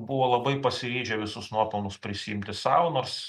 buvo labai pasiryžę visus nuopelnus prisiimti sau nors